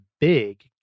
big